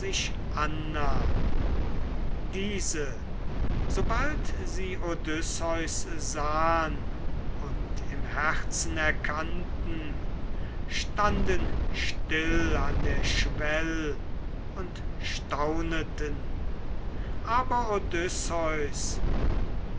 annahm diese sobald sie odysseus sahn und im herzen erkannten standen still an der schwell und stauneten aber odysseus